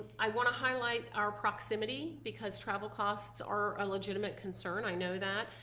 i want to highlight our proximity, because travel costs are a legitimate concern, i know that,